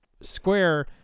Square